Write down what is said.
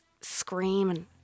screaming